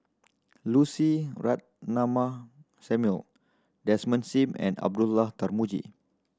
Lucy Ratnammah Samuel Desmond Sim and Abdullah Tarmugi